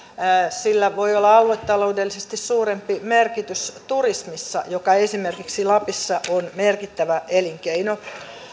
sillä voi olla aluetaloudellisesti suurempi merkitys turismissa joka esimerkiksi lapissa on merkittävä elinkeino